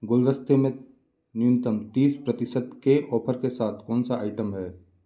गुलदस्ते में न्यूनतम तीस प्रतिशत के ऑफ़र के साथ कौन सा आइटम हैं